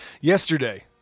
Yesterday